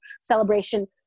celebration